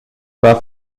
pas